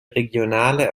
regionale